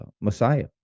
Messiah